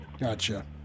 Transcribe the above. Gotcha